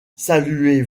saluez